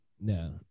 No